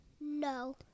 No